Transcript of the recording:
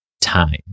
time